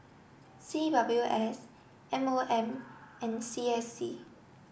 C W S M O M and C S C